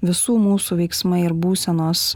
visų mūsų veiksmai ir būsenos